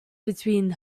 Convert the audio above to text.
between